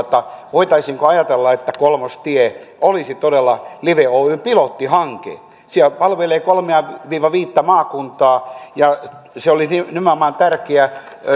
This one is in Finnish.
voitaisiinko ajatella että kolmostie olisi todella live oyn pilottihanke se palvelee kolmea viiva viittä maakuntaa ja se olisi nimenomaan tärkeä